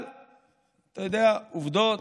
אבל עובדות,